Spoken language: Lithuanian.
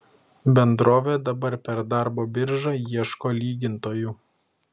bendrovė dabar per darbo biržą ieško lygintojų